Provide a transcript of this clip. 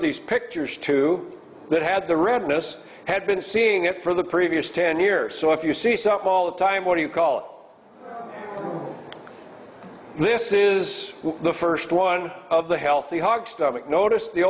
these pictures to that had the redness had been seeing it for the previous ten years so if you see stuff all the time what do you call it this is the first one of the healthy hog stomach noticed the